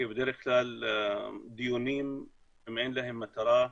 כי בדרך כלל דיונים, אם אין להם מטרה,